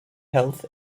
health